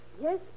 Yes